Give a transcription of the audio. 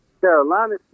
Carolina